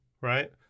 right